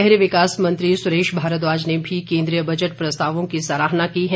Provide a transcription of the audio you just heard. शहरी विकास मंत्री सुरेश भारद्वाज ने भी केन्द्रीय बजट प्रस्तावों की सराहना की है